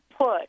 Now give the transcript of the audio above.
put